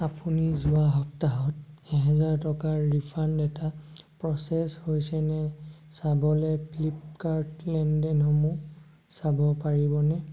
আপুনি যোৱা সপ্তাহত এহেজাৰ টকাৰ ৰিফাণ্ড এটা প্ৰ'চেছ হৈছে নে চাবলৈ ফ্লিপকাৰ্ট লেনদেনসমূহ চাব পাৰিবনে